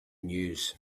news